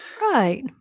Right